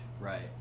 Right